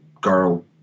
girl